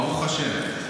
ברוך השם.